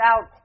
out